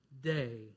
day